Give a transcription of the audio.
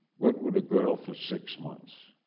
went with a girl for six months.